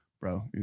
bro